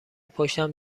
پشتم